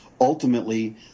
ultimately